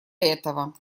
этого